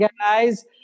guys